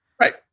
Right